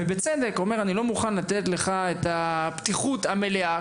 ובצדק: "אני לא מוכן לתת לך את הפתיחות המלאה,